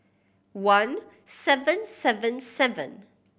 one seven seven seven